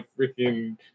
freaking